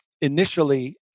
initially